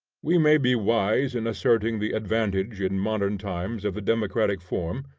we may be wise in asserting the advantage in modern times of the democratic form,